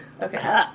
Okay